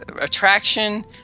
attraction